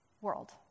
world